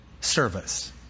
service